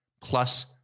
plus